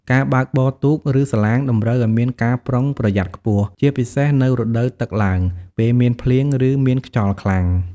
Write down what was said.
ការបើកបរទូក ឬសាឡាងតម្រូវឲ្យមានការប្រុងប្រយ័ត្នខ្ពស់ ជាពិសេសនៅរដូវទឹកឡើង ពេលមានភ្លៀង ឬមានខ្យល់ខ្លាំង។